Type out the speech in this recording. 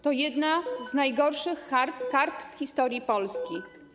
To jedna z najgorszych kart w historii Polski.